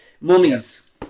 mummies